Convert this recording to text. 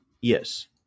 Yes